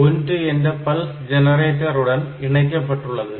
INT1 ஒரு pulse ஜெனரேட்டருடன் இணைக்கப்பட்டுள்ளது